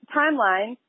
timeline